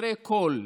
חסרי כול.